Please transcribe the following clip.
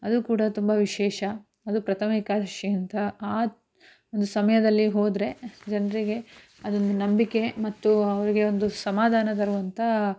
ಅದು ಕೂಡ ತುಂಬ ವಿಶೇಷ ಅದು ಪ್ರಥಮ ಏಕಾದಶಿ ಅಂತ ಆ ಒಂದು ಸಮಯದಲ್ಲಿ ಹೋದರೆ ಜನರಿಗೆ ಅದೊಂದು ನಂಬಿಕೆ ಮತ್ತು ಅವ್ರಿಗೆ ಒಂದು ಸಮಾಧಾನ ತರುವಂಥ